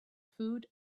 food